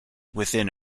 within